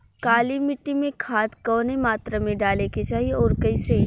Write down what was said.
काली मिट्टी में खाद कवने मात्रा में डाले के चाही अउर कइसे?